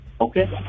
Okay